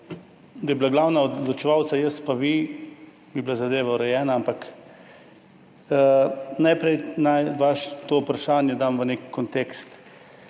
da bi bila glavna odločevalca jaz pa vi, bi bila zadeva urejena. Najprej naj to vprašanje dam v nek kontekst.